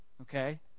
Okay